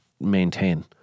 maintain